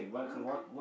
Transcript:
I'm good